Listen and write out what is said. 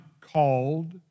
called